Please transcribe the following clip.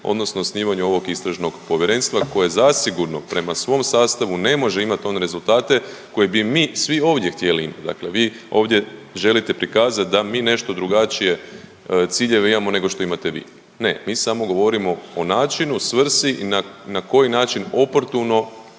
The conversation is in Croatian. odnosno osnivanju ovog Istražnog povjerenstva koje zasigurno prema svom sastavu ne može imati one rezultate koje bi mi svi ovdje htjeli. Dakle, vi ovdje želite prikazati da mi nešto drugačije ciljeve imamo nego što imate vi. Ne, mi samo govorimo o načinu, svrsi i na koji način oportuno